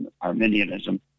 Arminianism